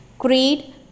Creed